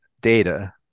data